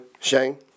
Shane